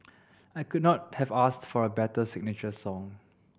I could not have asked for a better signature song